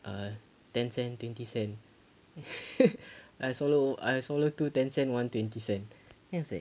err ten cent twenty cent I swallowed I swallowed two ten cent one twenty cent then I was like